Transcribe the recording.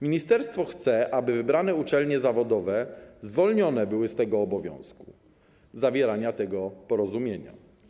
Ministerstwo chce, aby wybrane uczelnie zawodowe zwolnione były z obowiązku zawierania tego porozumienia.